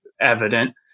evident